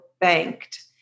banked